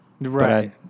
Right